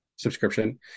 subscription